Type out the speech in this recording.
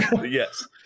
Yes